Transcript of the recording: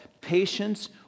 patience